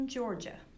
Georgia